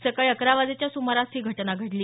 सकाळी अकरा वाजेच्या सुमारास ही घटना घडली